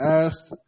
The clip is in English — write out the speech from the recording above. asked